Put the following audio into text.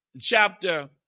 Chapter